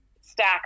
stack